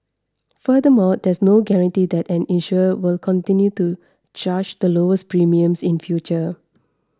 furthermore there is no guarantee that an insurer will continue to charge the lowest premiums in future